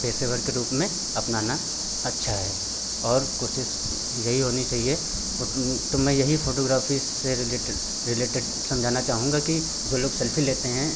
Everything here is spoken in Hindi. पेशेवर के रूप में अपनाना अच्छा है और कोशिश यही होनी चाहिए फ़ुट तो मैं यही फ़ोटोग्राफ़ी से रिलेटेड रिलेटेड समझाना चाहूँगा कि जो लोग सेल्फ़ी लेते हैं